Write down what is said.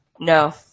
No